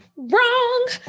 wrong